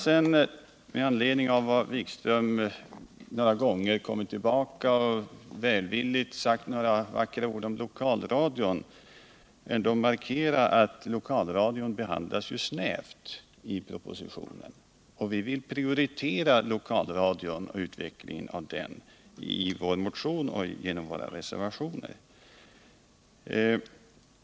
Sedan har Jan-Erik Wikström kommit tillbaka några gånger och välvilligt sagt en del vackra ord om lokalradion. Men får jag där ändå markera att lokalradion behandlas snävt i propositionen. Vi vill i vår motion och genom våra reservationer prioritera utvecklingen av lokalradion.